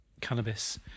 Cannabis